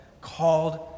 called